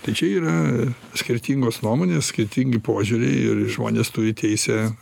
tai čia yra skirtingos nuomonės skirtingi požiūriai ir žmonės turi teisę